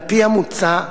על-פי המוצע,